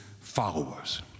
followers